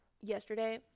yesterday